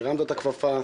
הרמת את הכפפה.